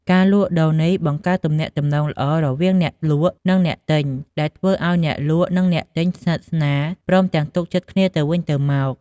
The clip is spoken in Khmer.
ការលក់ដូរនេះបង្កើតទំនាក់ទំនងល្អរវាងអ្នកលក់ និងអ្នកទិញ ដែលធ្វើឲ្យអ្នកលក់និងអ្នកទិញស្និទ្ធស្នាល ព្រមទាំងទុកចិត្តគ្នាទៅវិញទៅមក។